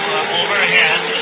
overhead